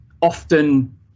often